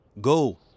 Go